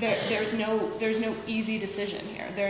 there is no there is no easy decision here and there